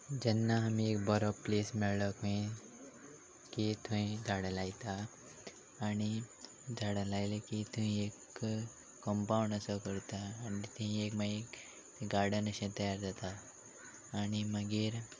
जेन्ना आमी एक बरो प्लेस मेळ्ळो खंय की थंय झाडां लायता आनी झाडां लायले की थंय एक कॉम्पावंड असो करता आनी थींय एक मागी थंय गार्डन अशें तयार जाता आनी मागीर